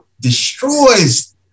destroys